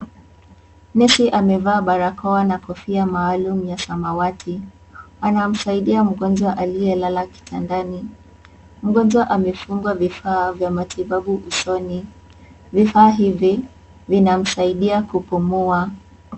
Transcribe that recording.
Nesi amevaa barakoa na kofia maalum ya samawati, anamsaidia mgonjwa aliyelala kitandani, mgonjwa amefungwa vifa vya matibabu usoni, vifaa hivi vinamsaidia kupumua.